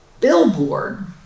billboard